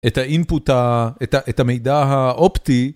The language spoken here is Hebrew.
את ה input ה.. את המידע האופטי.